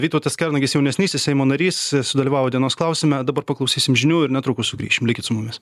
vytautas kernagis jaunesnysis seimo narys sudalyvavo dienos klausime dabar paklausysim žinių ir netrukus sugrįšim likit su mumis